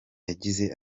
yagize